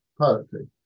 poetry